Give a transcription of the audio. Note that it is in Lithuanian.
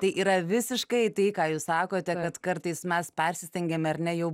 tai yra visiškai tai ką jūs sakote kad kartais mes persistengiame ar ne jau